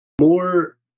more